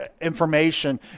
information